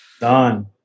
Done